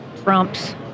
Trump's